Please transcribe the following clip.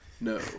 No